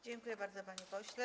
Dziękuję bardzo, panie pośle.